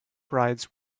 brides